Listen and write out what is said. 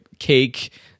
cake